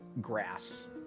grass